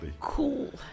cool